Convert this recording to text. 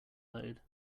mode